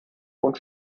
und